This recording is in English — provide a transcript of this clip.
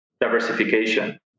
diversification